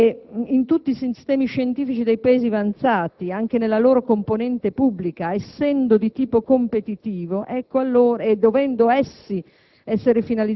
Tutti i sistemi scientifici dei Paesi avanzati, anche nella loro componente pubblica, essendo di tipo competitivo, dovendo essere essi